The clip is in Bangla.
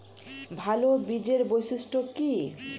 ভাল বীজের বৈশিষ্ট্য কী?